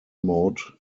mode